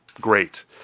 great